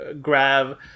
grab